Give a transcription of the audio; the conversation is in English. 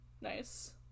Nice